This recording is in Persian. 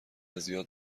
زیاد